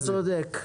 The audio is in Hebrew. אתה צודק.